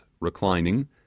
reclining